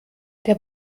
der